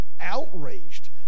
outraged